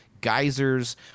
geysers